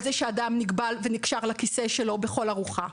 זה שאדם הוגבל ונקשר לכיסא שלו בכל ארוחה.